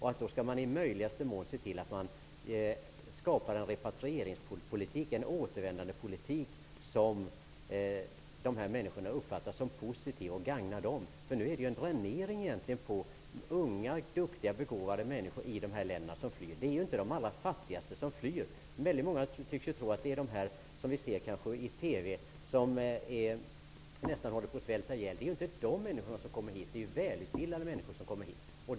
Man skall därför i möjligaste mån föra en repatrieringspolitik, en återvändandepolitik, som dessa människor uppfattar som positiv och som gagnar dem. Att unga, begåvade och duktiga människor flyr innebär för vissa länder en dränering på förmågor. Det är inte de allra fattigaste som flyr. Många tycks tro att flyktingarna är sådana som de svältande eller döende människor som man kan se på TV. Det är inte de människorna som kommer hit, utan välutbildade personer.